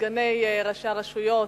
סגני ראשי הרשויות,